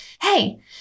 hey